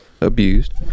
abused